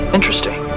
Interesting